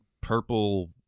purple